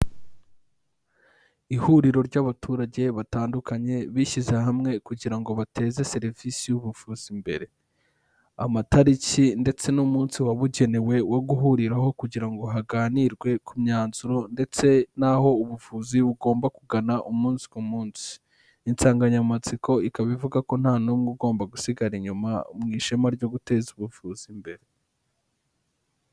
Ihuriro ry'abaturage batandukanye bishyize hamwe kugira ngo bateze serivisi y'ubuvuzi imbere. Amatariki ndetse n'umunsi wabugenewe wo guhuriraho kugira ngo haganirwe ku myanzuro ndetse n'aho ubuvuzi bugomba kugana umunsi ku munsi. Insanganyamatsiko ikaba ivuga ko nta n'umwe ugomba gusigara inyuma, mu ishema ryo guteza ubuvuzi imbere.